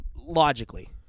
Logically